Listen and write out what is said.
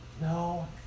No